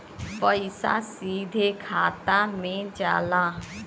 पइसा सीधे खाता में जाला